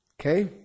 Okay